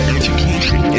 education